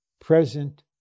present